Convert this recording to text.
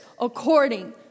according